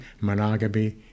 monogamy